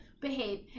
behave